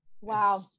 Wow